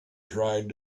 trying